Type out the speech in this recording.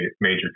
major